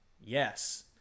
Yes